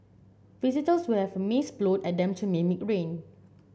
visitors will have mist blown at them to mimic rain